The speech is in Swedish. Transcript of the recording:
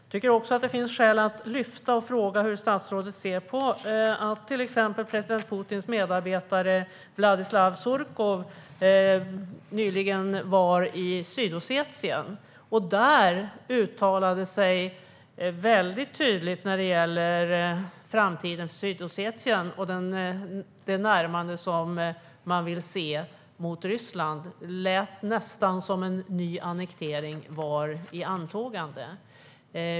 Det finns också skäl att lyfta hur statsrådet ser på att Putins medarbetare Vladislav Surkov nyligen var i Sydossetien och där uttalade sig tydligt om framtiden för Sydossetien och det närmande som man vill se till Ryssland. Det lät nästan om att en ny annektering var i antågande.